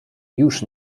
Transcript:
już